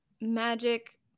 Magic